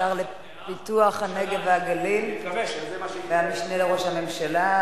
השר לפיתוח הנגב והגליל והמשנה לראש הממשלה,